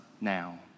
now